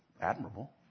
admirable